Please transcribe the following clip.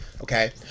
okay